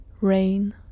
rain